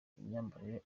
imyambarire